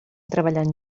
treballant